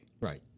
Right